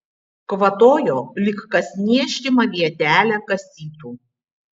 kvatojo lyg kas niežtimą vietelę kasytų